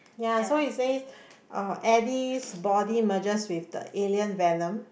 ya so he says uh Eddie's body merges with the alien Venom